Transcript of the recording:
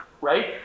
right